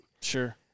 Sure